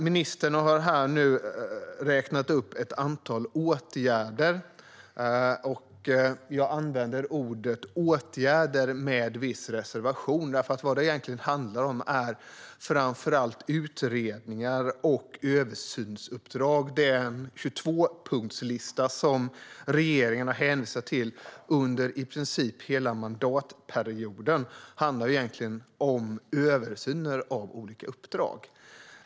Ministern har räknat upp ett antal åtgärder. Jag använder ordet åtgärder med viss reservation, för vad det handlar om är framför allt utredningar och översynsuppdrag. Den 22-punktslista som regeringen har hänvisat till under i princip hela mandatperioden handlar egentligen om översyner. Herr talman!